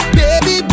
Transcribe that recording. baby